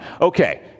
okay